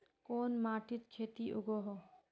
कोन माटित खेती उगोहो?